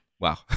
Wow